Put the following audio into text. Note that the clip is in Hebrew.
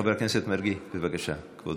חבר הכנסת מרגי, בבקשה, כבודו.